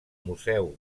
museu